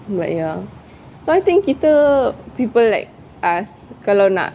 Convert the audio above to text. but ya so I think kita people like us kalau nak